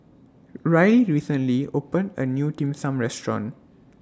Ryley recently opened A New Dim Sum Restaurant